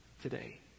today